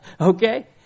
Okay